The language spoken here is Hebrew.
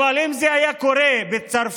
אם זה היה קורה בצרפת